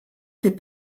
fait